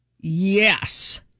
Yes